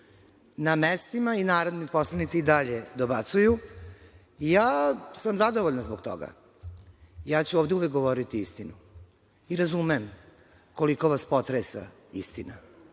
do razvoja. Narodni poslanici i dalje dobacuju i ja sam zadovoljna zbog toga. Ja ću ovde uvek govoriti istinu i razumem koliko vas potresa istina,